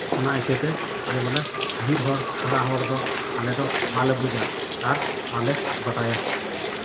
ᱚᱱᱟ ᱤᱭᱠᱷᱟᱹᱛᱮ ᱰᱷᱮᱨ ᱦᱚᱲ ᱛᱷᱚᱲᱟ ᱦᱚᱲ ᱫᱚ ᱟᱞᱮ ᱫᱚ ᱵᱟᱞᱮ ᱵᱩᱡᱟ ᱟᱨ ᱵᱟᱞᱮ ᱵᱟᱰᱟᱭᱟ